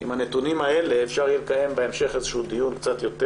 עם הנתונים האלה אפשר יהיה בהמשך לקיים איזה שהוא דיון קצת יותר